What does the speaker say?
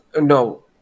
no